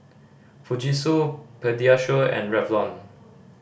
Fujitsu Pediasure and Revlon